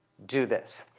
do this.